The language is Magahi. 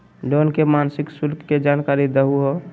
लोन के मासिक शुल्क के जानकारी दहु हो?